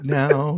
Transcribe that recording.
now